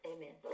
Amen